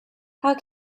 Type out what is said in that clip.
how